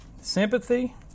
sympathy